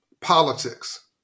politics